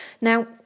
Now